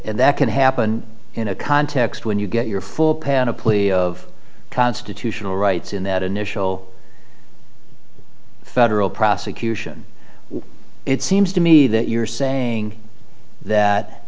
and that can happen in a context when you get your full panoply of constitutional rights in that initial federal prosecution it seems to me that you're saying that